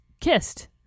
kissed